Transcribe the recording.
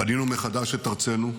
בנינו מחדש את ארצנו,